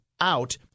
out